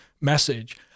message